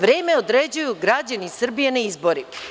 Vreme određuju građani Srbije na izborima.